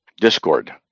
Discord